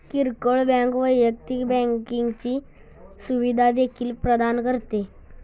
किरकोळ बँक वैयक्तिक बँकिंगची सुविधा देखील प्रदान करते